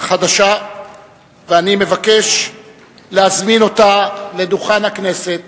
חדשה ואני מבקש להזמין אותה לדוכן הכנסת